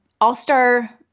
All-Star